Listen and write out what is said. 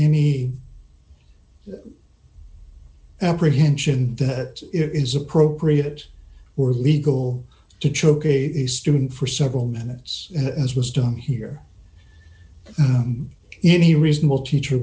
any apprehension that it is appropriate or legal to choke a student for several minutes as was done here any reasonable teacher